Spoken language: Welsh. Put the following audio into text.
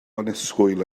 annisgwyl